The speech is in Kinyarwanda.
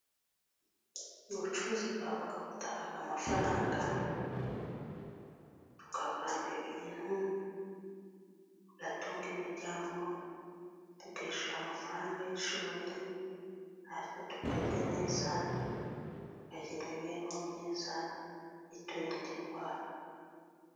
Ubucuruzi bwa avoka butanga amafaranga, tukaguramo ibintu, tugatunga imiryango, tukishyura amafaranga y'ishuri, na twe tukarya neza, tukagira imibereho myiza iturinda indwara.